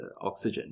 oxygen